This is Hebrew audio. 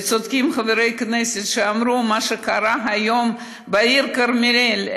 וצודקים חברי הכנסת שדיברו על מה שקרה היום בעיר כרמיאל.